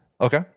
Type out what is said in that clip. Okay